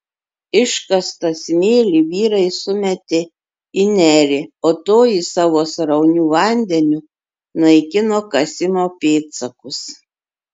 iškastą smėlį vyrai sumetė į nerį o toji savo srauniu vandeniu naikino kasimo pėdsakus